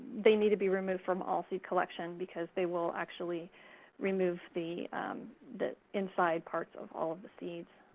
they need to be removed from all seed collection, because they will actually remove the the inside parts of all of the seeds.